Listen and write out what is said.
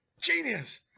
Genius